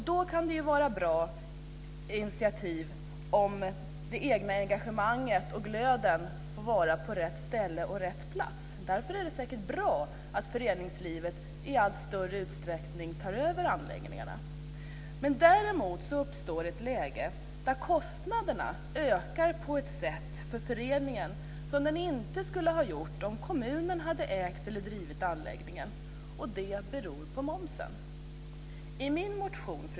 Då kan det vara ett bra initiativ att låta det egna engagemanget och den egna glöden komma fram på rätt plats, och därför är det säkert bra att föreningslivet i allt större utsträckning tar över anläggningarna. Dock uppstår då ett läge där kostnaderna för föreningen ökar på ett sätt som de inte skulle ha gjort, om kommunen hade ägt eller drivit anläggningen. Detta beror på momsen. Fru talman!